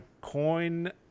coin